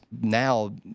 now